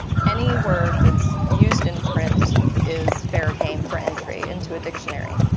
any word that's used in print is fair game for entry into a dictionary.